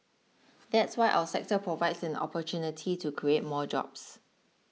that's why our sector provides an opportunity to create more jobs